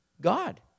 God